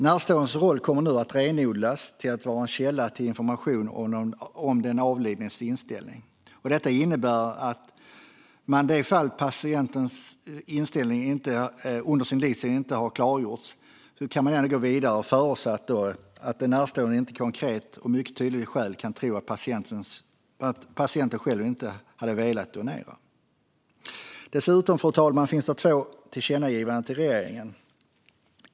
Närståendes roll kommer nu att renodlas till att vara en källa till information om den avlidnes inställning. Detta innebär att man i de fall patienten inte tagit ställning till donation under sin livstid kan man nu gå vidare, förutsatt att de närstående inte har konkreta och mycket tydliga skäl att tro att patienten själv inte hade velat donera. Dessutom finns det två tillkännagivanden till regeringen.